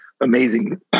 amazing